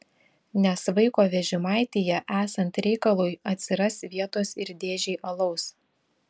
nes vaiko vežimaityje esant reikalui atsiras vietos ir dėžei alaus